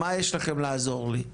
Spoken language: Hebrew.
הוא שואל: "מה יש לכם לעזור לי?".